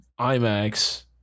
imax